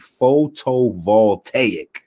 photovoltaic